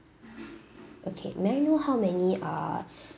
okay may I know how many uh